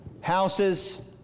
houses